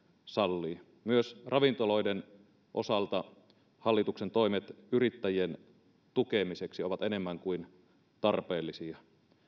sallii myös ravintoloiden osalta hallituksen toimet yrittäjien tukemiseksi ovat enemmän kuin tarpeellisia